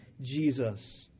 Jesus